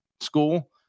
school